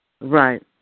Right